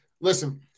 listen